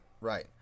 right